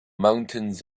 mountains